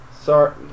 sorry